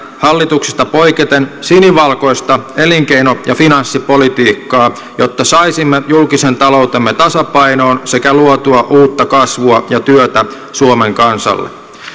hallituksista poiketen sinivalkoista elinkeino ja finanssipolitiikkaa jotta saisimme julkisen taloutemme tasapainoon sekä luotua uutta kasvua ja työtä suomen kansalle